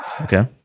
Okay